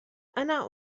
أنا